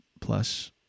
plus